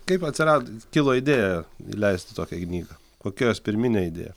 kaip atsirad kilo idėja leisti tokią knygą kokia jos pirminė idėja